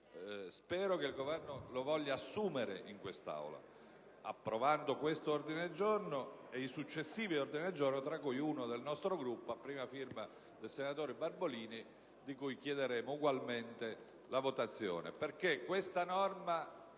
spero che il Governo lo voglia assumere in quest'Aula, approvando questo ordine del giorno e i successivi ordini del giorno, tra cui uno del nostro Gruppo, a prima firma del senatore Barbolini, di cui chiederemo ugualmente la votazione.